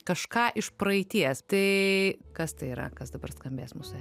kažką iš praeities tai kas tai yra kas dabar skambės mūsų etery